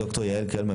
ד"ר יעל קלמה,